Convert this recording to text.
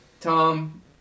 Tom